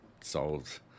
solved